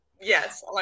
Yes